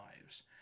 lives